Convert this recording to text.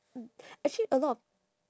mm actually a lot of